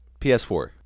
PS4